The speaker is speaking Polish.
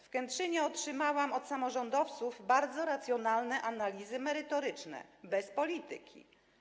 W Kętrzynie otrzymałam od samorządowców bardzo racjonalne analizy merytoryczne, bez polityki.